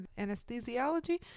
anesthesiology